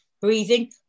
breathing